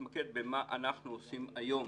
שבואו נתמקד במה שאנחנו עושים היום.